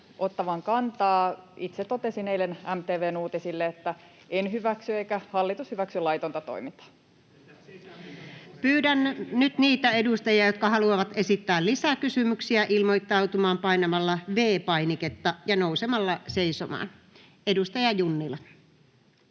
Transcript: kantaa asiassa. Itse totesin eilen MTV:n uutisille, että en hyväksy eikä hallitus hyväksy laitonta toimintaa. [Ben Zyskowicz: Entäs sisäministeri?] Pyydän nyt niitä edustajia, jotka haluavat esittää lisäkysymyksiä, ilmoittautumaan painamalla V-painiketta ja nousemalla seisomaan. — Edustaja Junnila.